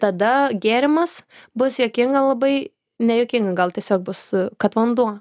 tada gėrimas bus juokinga labai nejuokinga gal tiesiog bus kad vanduo